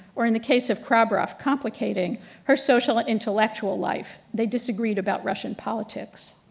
or in the case of khrabroff, complicating her social intellectual life. they disagreed about russian politics.